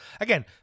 again